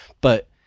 but-